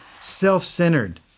self-centered